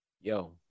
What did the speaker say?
yo